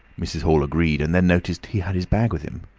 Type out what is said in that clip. mrs. hall agreed, and then noticed he had his bag with him.